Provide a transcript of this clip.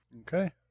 Okay